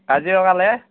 কাজিৰঙালৈ